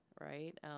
Right